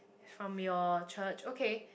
from your church okay